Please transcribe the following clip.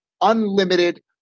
unlimited